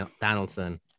Donaldson